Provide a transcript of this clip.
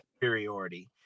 superiority